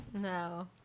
No